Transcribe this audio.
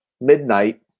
midnight